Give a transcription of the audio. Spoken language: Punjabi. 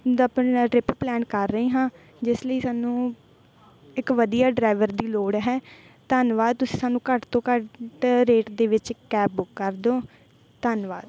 ਦਾ ਆਪਣਾ ਟ੍ਰਿਪ ਪਲਾਨ ਕਰ ਰਹੇ ਹਾਂ ਜਿਸ ਲਈ ਸਾਨੂੰ ਇੱਕ ਵਧੀਆ ਡਰਾਈਵਰ ਦੀ ਲੋੜ ਹੈ ਧੰਨਵਾਦ ਤੁਸੀਂ ਸਾਨੂੰ ਘੱਟ ਤੋਂ ਘੱਟ ਰੇਟ ਦੇ ਵਿੱਚ ਕੈਬ ਬੁੱਕ ਕਰ ਦਿਓ ਧੰਨਵਾਦ